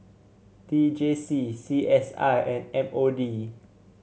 T J C C S I and M O D